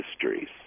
histories